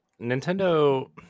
Nintendo